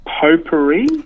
Potpourri